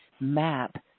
map